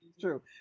true